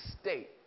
state